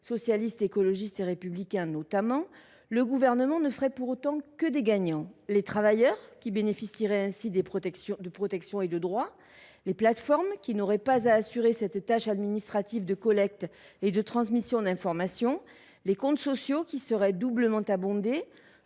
Socialiste, Écologiste et Républicain, notamment, le Gouvernement ne ferait pourtant que des gagnants : les travailleurs, qui bénéficieraient ainsi de protections et de droits ; les plateformes, qui n’auraient pas à assurer cette tâche administrative de collecte et de transmission d’informations ; les comptes sociaux, qui seraient doublement abondés